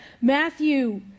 Matthew